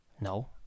No